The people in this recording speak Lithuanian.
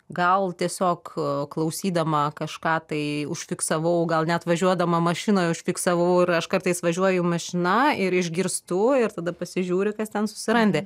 gal tiesiog klausydama kažką tai užfiksavau gal net važiuodama mašinoj užfiksavau ir aš kartais važiuoju mašina ir išgirstu ir tada pasižiūri kas ten susirandi